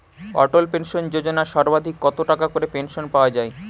অটল pension Yojana সর্বাধিক কত টাকা করে পেনশন পাওয়া যায়?